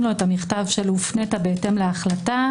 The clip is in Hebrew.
לו את המכתב הופנית בהתאם להחלטה,